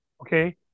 Okay